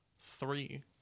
three